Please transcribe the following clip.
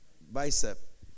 bicep